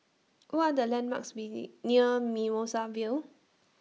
What Are The landmarks near Mimosa Vale